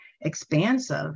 expansive